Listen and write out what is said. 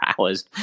hours